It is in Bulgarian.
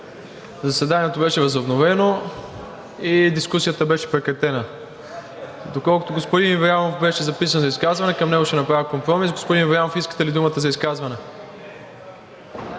Заседанието беше възобновено и дискусията беше прекратена. Доколкото господин Ибрямов беше записан за изказване, към него ще направя компромис. Господин Ибрямов, искате ли думата за изказване?